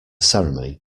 ceremony